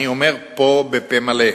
אני אומר פה בפה מלא: